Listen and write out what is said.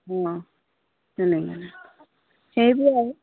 অঁ তেনেকৈ সেইবোৰে আৰু